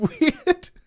weird